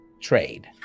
trade